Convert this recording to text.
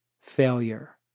Failure